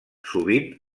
sovint